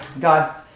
God